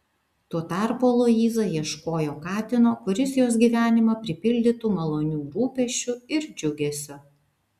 tuo tarpu aloyza ieškojo katino kuris jos gyvenimą pripildytų malonių rūpesčių ir džiugesio